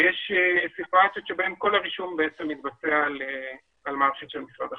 ויש סיטואציות בהן כל הרישום מתבצע על מערכת של משרד החינוך.